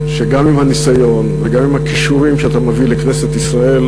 שגם עם הניסיון וגם עם הכישורים שאתה מביא לכנסת ישראל